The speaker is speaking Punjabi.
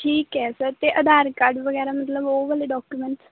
ਠੀਕ ਹੈ ਸਰ ਅਤੇ ਆਧਾਰ ਕਾਰਡ ਵਗੈਰਾ ਮਤਲਬ ਉਹ ਵਾਲੇ ਡਾਕੂਮੈਂਟ